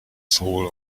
soul